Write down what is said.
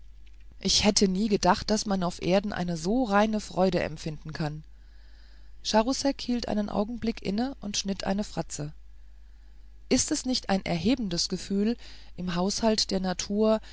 ich hätte nie gedacht daß man auf erden eine so reine freude empfinden kann charousek hielt einen augenblick inne und schnitt eine fratze ist es nicht ein erhebendes gefühl im haushalt der natur